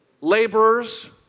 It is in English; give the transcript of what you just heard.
Laborers